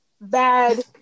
bad